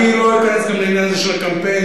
אני לא אכנס לעניין של הקמפיין,